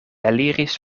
eliris